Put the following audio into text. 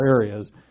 areas